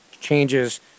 changes